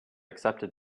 accepted